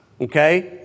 Okay